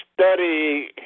study